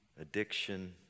addiction